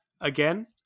again